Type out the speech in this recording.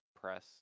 press